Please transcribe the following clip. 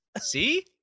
See